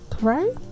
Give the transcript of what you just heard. right